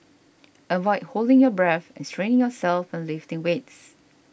avoid holding your breath and straining yourself when lifting weights